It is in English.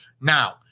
Now